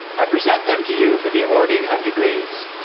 i present them to you for the awarding of degrees.